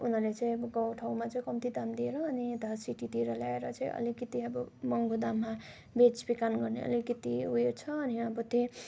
उनीहरूले चाहिँ अब गाउँ ठाउँमा चाहिँ कम्ती दाम दिएर यता सिटीतिर ल्याएर चाहिँ अलिकति अब महँगो दाममा बेचबिखन गर्ने अलिकति उयो छ अनि अब त्यहाँ